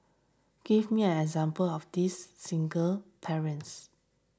give me an example of this single parents